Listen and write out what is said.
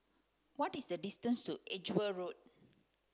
what is the distance to Edgeware Road